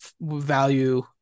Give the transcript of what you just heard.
value